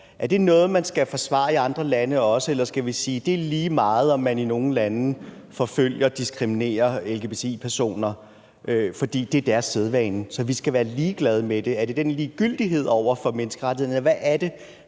er det så noget, man også skal forsvare i andre lande? Eller skal vi sige, at det er lige meget, om man i nogle lande forfølger og diskriminerer lgbti-personer, fordi det er deres sædvane, og så skal vi være ligeglade med det? Er det den ligegyldighed over for menneskerettighederne, eller hvad er det?